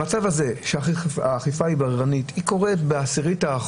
המצב הזה שהאכיפה בררנית, היא קורית ב-0.1%.